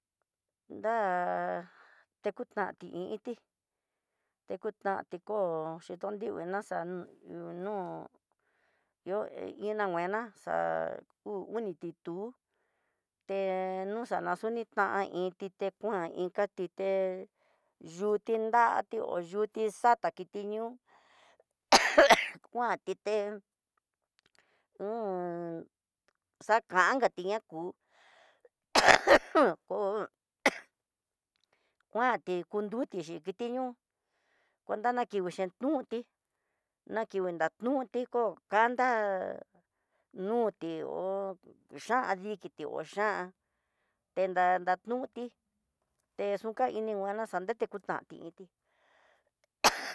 Nda'á tekutanti hí iti, tekuntanti kó yitondiviná xa un ihó nó yo'ó nguena nguina, xa uu oni titu he nuxanatina tan iinté tenkuan inka chité nrute nratió ho yuti xata kiti ñu'ú! Ajan ajan! Kuantité hu u un xakangati kitinaku ¡ajan jan! Kó ¡ajan! Kuanti kondutexi kitiño ndan kinguixhi nduté nakingui dandu diko kanda nuti hó kandikiti xhan enda ndanuti tekuxa kiningua takuxanti inti ¡ajan!.